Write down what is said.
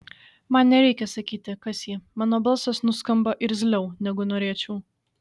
man nereikia sakyti kas ji mano balsas nuskamba irzliau negu norėčiau